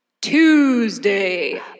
Tuesday